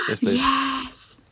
Yes